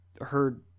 heard